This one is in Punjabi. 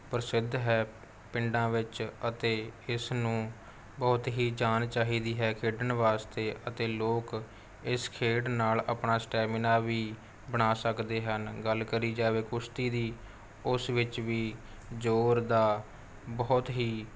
ਪ੍ਰਸਿੱਧ ਹੈ ਪਿੰਡਾਂ ਵਿੱਚ ਅਤੇ ਇਸ ਨੂੰ ਬਹੁਤ ਹੀ ਜਾਨ ਚਾਹੀਦੀ ਹੈ ਖੇਡਣ ਵਾਸਤੇ ਅਤੇ ਲੋਕ ਇਸ ਖੇਡ ਨਾਲ ਆਪਣਾ ਸਟੈਮੀਨਾ ਵੀ ਬਣਾ ਸਕਦੇ ਹਨ ਗੱਲ ਕਰੀ ਜਾਵੇ ਕੁਸ਼ਤੀ ਦੀ ਉਸ ਵਿੱਚ ਵੀ ਜ਼ੋਰ ਦਾ ਬਹੁਤ ਹੀ